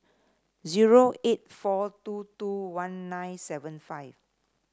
zero eight four two two one nine seven five